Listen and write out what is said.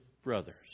brothers